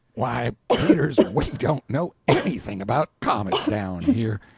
why, peters, we don't know anything about comets, down here.